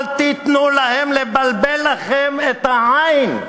אל תיתנו להם לבלבל לכם את העין.